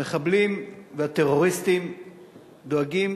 המחבלים והטרוריסטים דואגים